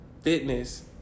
fitness